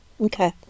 Okay